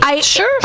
Sure